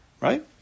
Right